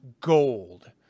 gold